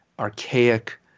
Archaic